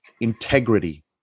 Integrity